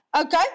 Okay